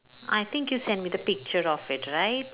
I think you sent me the picture of it right